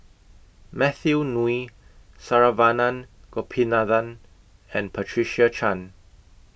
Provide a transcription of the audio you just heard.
Matthew Ngui Saravanan Gopinathan and Patricia Chan